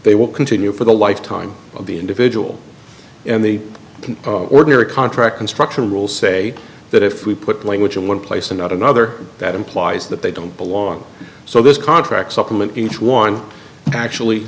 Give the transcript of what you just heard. they will continue for the lifetime of the individual and they can ordinary contract construction rules say that if we put language in one place and not another that implies that they don't belong so this contract supplement each one actually